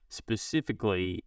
specifically